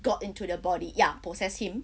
got into the body ya possessed him